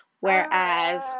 whereas